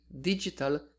digital